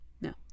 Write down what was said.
no